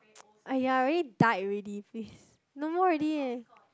!aiya! already died already please no more already eh